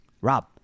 Rob